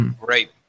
Great